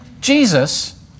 Jesus